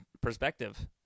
perspective –